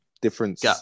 difference